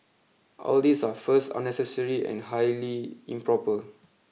all these are first unnecessary and highly improper